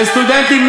לסטודנטים,